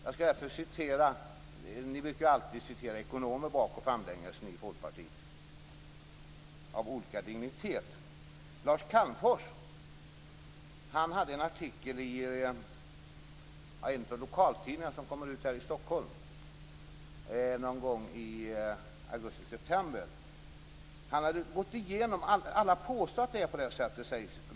Ni i Folkpartiet brukar citera ekonomer av olika dignitet bak och framlänges. Lars Calmfors hade en artikel i en av lokaltidningarna i Stockholm någon gång i augusti-september. Alla påstår när det gäller sänkta skatter att det är på det sättet.